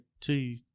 two